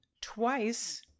twice